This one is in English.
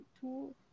two